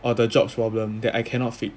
or the jobs problem that I cannot fit